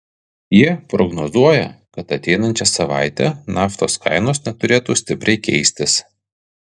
jie prognozuoja kad ateinančią savaitę naftos kainos neturėtų stipriai keistis